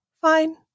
Fine